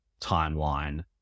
timeline